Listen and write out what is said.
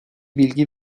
bilgi